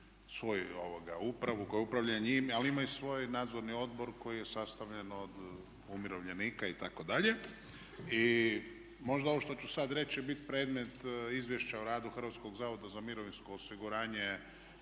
svoju upravu, koja upravlja njime ali ima i svoj nadzorni odbor koji je sastavljen od umirovljenika itd.. I možda ovo što ću sada reći će biti predmet Izvješća o radu HZMO-a sljedeće godine međutim